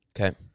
Okay